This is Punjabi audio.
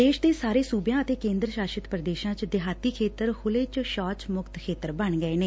ਦੇਸ਼ ਦੇ ਸਾਰੇ ਸੂਬਿਆਂ ਅਤੇ ਕੇਂਦਰ ਸ਼ਾਸ਼ਤ ਪ੍ਦੇਸ਼ ਚ ਦਿਹਾਤੀ ਖੇਤਰ ਖੁੱਲ੍ਜੇ ਚ ਸ਼ੌਚ ਮੁਕਤ ਖੇਤਰ ਬਣ ਗਏ ਨੇ